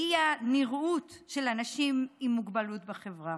והוא ה'נראות' של אנשים עם מוגבלות בחברה.